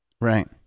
Right